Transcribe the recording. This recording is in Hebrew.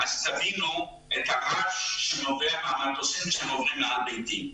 כך שתבינו את הרעש שנובע מהמטוסים שעוברים מעל ביתי.